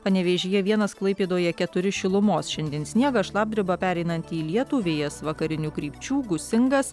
panevėžyje vienas klaipėdoje keturi šilumos šiandien sniegas šlapdriba pereinanti į lietų vėjas vakarinių krypčių gūsingas